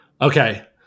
Okay